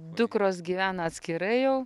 dukros gyvena atskirai jau